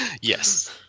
Yes